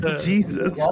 Jesus